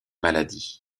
maladies